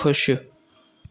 खु़शि